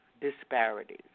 disparities